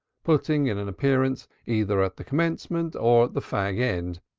putting in an appearance either at the commencement or the fag end,